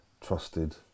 trusted